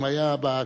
אם היה בקונגרס.